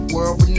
World